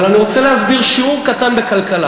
אבל אני רוצה להסביר שיעור קטן בכלכלה.